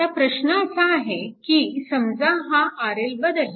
आता प्रश्न असा आहे की समजा हा RL बदलला